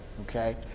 okay